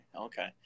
okay